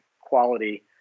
quality